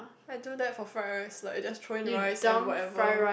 I do that for fried rice like I just throw in rice and whatever